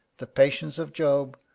the patience of job,